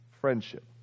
friendship